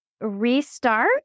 restart